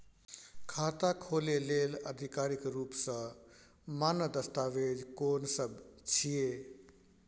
खाता खोले लेल आधिकारिक रूप स मान्य दस्तावेज कोन सब छिए?